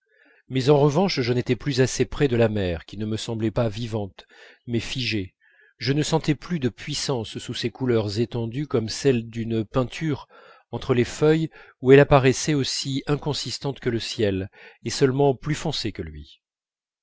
mais en revanche je n'étais plus assez près de la mer qui ne me semblait pas vivante mais figée je ne sentais plus de puissance sous ses couleurs étendues comme celles d'une peinture entre les feuilles où elle apparaissait aussi inconsistante que le ciel et seulement plus foncée que lui